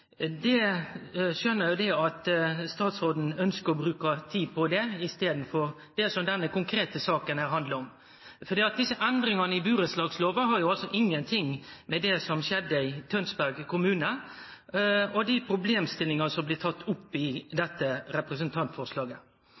at statsråden ønskjer å bruke tid på det i staden for det som denne konkrete saka handlar om. Desse endringane i burettslagsloven har ingen ting med det som skjedde i Tønsberg kommune og dei problemstillingane som blir tekne opp i dette representantforslaget,